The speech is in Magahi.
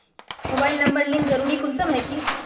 मोबाईल नंबर लिंक जरुरी कुंसम है की?